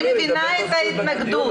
אני מבינה את ההתנגדות,